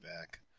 back